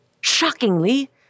Shockingly